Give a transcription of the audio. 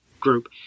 group